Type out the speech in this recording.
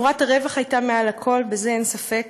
שורת הרווח הייתה מעל הכול, בזה אין ספק.